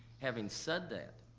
having said that,